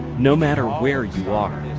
no matter where you are.